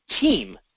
team